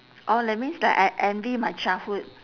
orh that means like I envy my childhood